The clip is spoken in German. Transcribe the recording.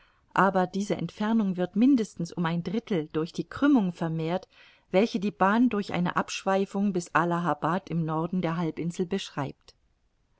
aber diese entfernung wird mindestens um ein drittheil durch die krümmung vermehrt welche die bahn durch eine abschweifung bis allahabad im norden der halbinsel beschreibt